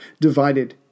divided